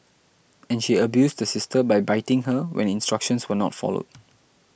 and she abused the sister by biting her when instructions were not followed